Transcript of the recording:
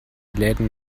läden